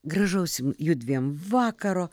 gražaus jum judviem vakaro